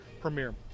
premiere